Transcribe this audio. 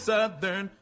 Southern